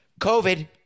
COVID